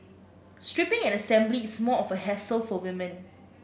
stripping and assembly is more of a hassle for women